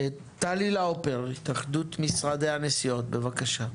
טלי לאופר, התאחדות משרדי הנסיעות, בבקשה.